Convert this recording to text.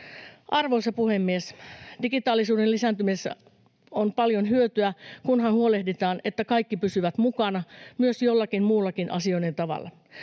Arvoisa puhemies! Digitaalisuuden lisääntymisestä on paljon hyötyä, kunhan huolehditaan, että kaikki pysyvät mukana jollakin muullakin asioinnin tavalla.